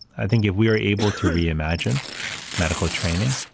i think if we were able to reimagine medical training,